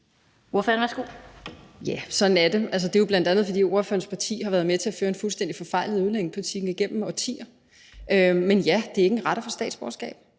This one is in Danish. Thiesen (NB): Ja, sådan er det, og det er jo bl.a., fordi hr. Christian Juhls parti har været med til at føre en fuldstændig forfejlet udlændingepolitik igennem årtier. Men ja, det er ikke en ret at få statsborgerskab,